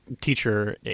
teacher